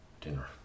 dinner